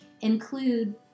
include